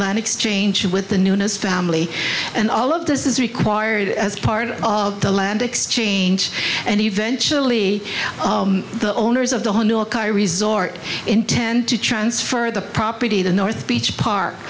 land exchange with the newness family and all of this is required as part of the land exchange and eventually the owners of the whole new york i resort intend to transfer the property the north beach park